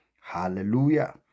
Hallelujah